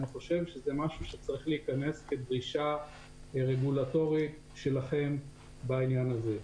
אני חושב שזה משהו שצריך להיכנס כדרישה רגולטורית שלכם בעניין הזה.